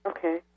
Okay